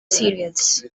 cereals